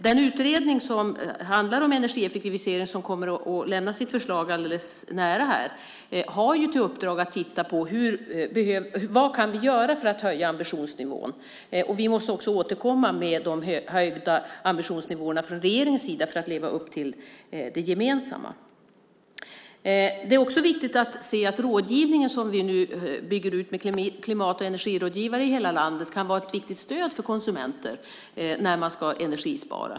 Den utredning som handlar om energieffektivisering och som kommer att lämna sitt förslag snart har i uppdrag att titta på vad vi kan göra för att höja ambitionsnivån. Vi måste också återkomma med höjda ambitionsnivåer från regeringens sida för att vi ska leva upp till de gemensamma. Det är också viktigt att se att den rådgivning som vi nu bygger ut med klimat och energirådgivare i hela landet kan vara ett viktigt stöd för konsumenter när de ska energispara.